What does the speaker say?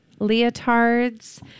leotards